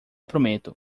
prometo